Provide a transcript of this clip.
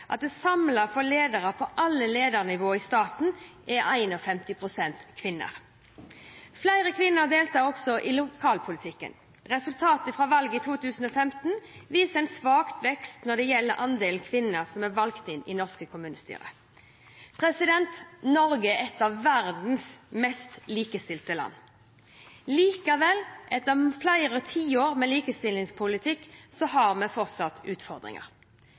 at det samlet for ledere på alle ledernivåer i staten er 51 pst. kvinner. Flere kvinner deltar også i lokalpolitikken. Resultatet fra valget i 2015 viser en svak vekst når det gjelder andelen kvinner som er valgt inn i norske kommunestyrer. Norge er et av verdens mest likestilte land. Likevel, etter flere tiår med likestillingspolitikk, har vi fortsatt utfordringer.